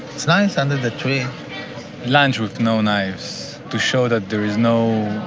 it's nice under the tree lunch with no knives, to show that there is no,